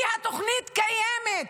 כי התוכנית קיימת.